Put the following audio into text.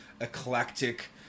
eclectic